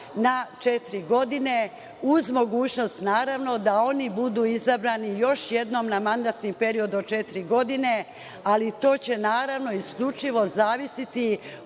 godine, uz mogućnost, naravno, da oni budu izabrani još jednom na mandatni period od četiri godine, ali to će, naravno, isključivo, zavisiti